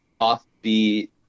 offbeat